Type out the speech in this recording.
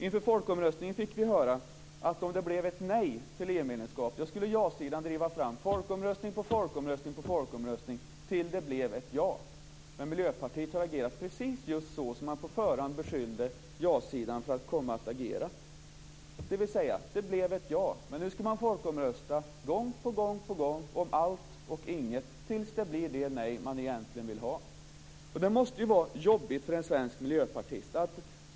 Inför folkomröstningen fick vi höra att om det blev ett nej till EU-medlemskap skulle ja-sidan driva fram folkomröstning på folkomröstning tills det blev ett ja. Men Miljöpartiet har agerat just precis så som man på förhand beskyllde ja-sidan för att komma att agera. Det blev ett ja, men nu ska man folkomrösta gång på gång om allt och inget tills det blir det nej man egentligen vill ha. Det måste vara jobbigt för en svensk miljöpartist.